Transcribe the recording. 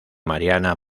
mariana